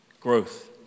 growth